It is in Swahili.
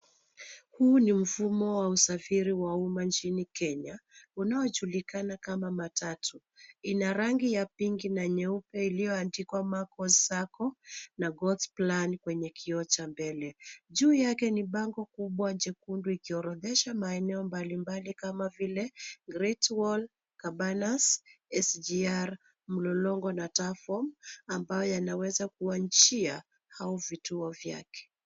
Huu ni mfumo wa usafiri wa umma nchini Kenya unaojulikana kama matatu. Inarangi ya pinki na nyeupe ilioandikwa Macos sacco na God's plan kwenye kioo cha mbele. Juu yake ni bango kubwa jekundu ikiorodhesha maeneo mbalimbali kama vile Great Wall, Cabanas, SGR , Mlolongo na Tufoam ambayo yanaweza kuwa njia au vituo vyake.